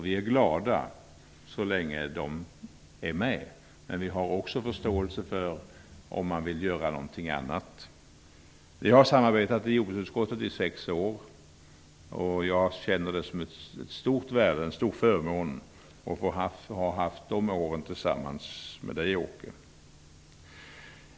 Vi är glada så länge de är med men har också förståelse för om de vill göra någonting annat. Åke Selberg och jag har samarbetat i jordbruksutskottet i sex år. Det är en stor förmån att ha fått de åren tillsammans med honom.